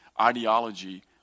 ideology